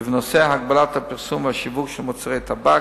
ובנושא הגבלת הפרסום והשיווק של מוצרי טבק,